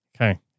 Okay